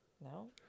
No